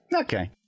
Okay